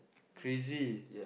crazy